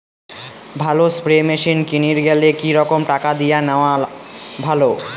ভালো spray machine কিনির গেলে কি রকম টাকা দিয়া নেওয়া ভালো?